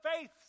faith